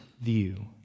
view